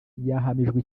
yahamijwe